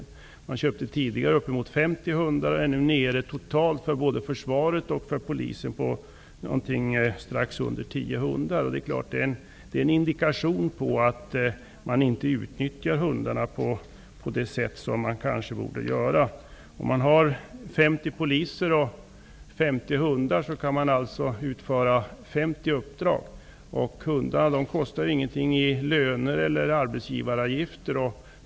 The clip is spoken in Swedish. Tidigare köpte man uppemot 50 hundar men är nu när det gäller både försvaret och polisen nere i strax under tio hundar. Det är en indikation på att man inte utnyttjar hundarna på det sätt som man borde utnyttja dem på. Har man 50 poliser och 50 hundar, kan man utföra 50 uppdrag. Hundarna kostar ingenting i löner eller arbetsgivaravgifter.